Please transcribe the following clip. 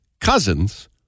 cousins